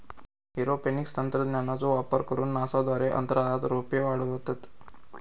aeroponics तंत्रज्ञानाचो वापर करून नासा द्वारे अंतराळात रोपे वाढवतत